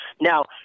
Now